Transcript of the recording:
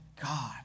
God